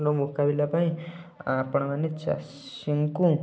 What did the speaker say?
ମୁକାବିଲା ପାଇଁ ଆପଣମାନେ ଚାଷୀଙ୍କୁ